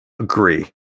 Agree